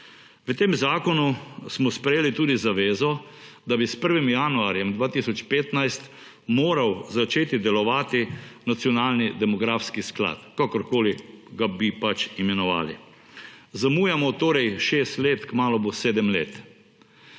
V tem zakonu smo sprejeli tudi zavezo, da bi s 1. januarjem 2015 moral začeti delovati Nacionalni demografski sklad, kakorkoli bi ga pač imenovali. Zamujamo torej 6 let, kmalu bo 7 let.